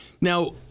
Now